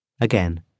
Again